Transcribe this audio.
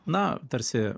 na tarsi